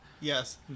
Yes